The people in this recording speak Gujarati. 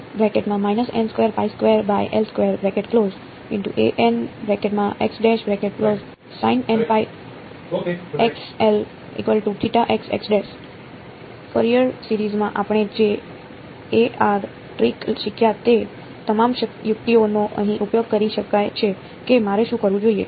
ફ્યુરિયર સિરીજ માં આપણે જે ટ્રીક શીખ્યા તે તમામ યુક્તિઓનો અહીં ઉપયોગ કરી શકાય છે કે મારે શું કરવું જોઈએ